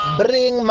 bring